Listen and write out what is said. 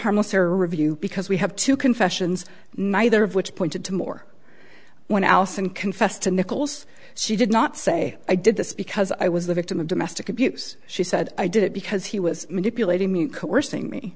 error review because we have two confessions neither of which pointed to more when allison confessed to nichols she did not say i did this because i was the victim of domestic abuse she said i did it because he was manipulating me coercing me